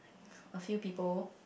a few people